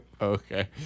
okay